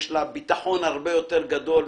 יש לה ביטחון הרבה יותר גדול,